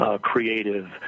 creative